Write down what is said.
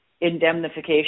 indemnification